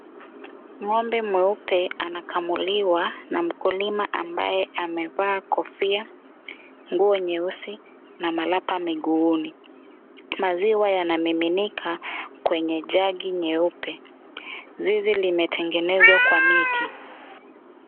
Ng'ombe mweupe anakamuliwa na mkulima ambaye amevaa kofia, nguo nyeusi na malapa miguuni. Maziwa yanamiminika kwenye jagi nyeupe. Zizi limetengenezwa kwa miti.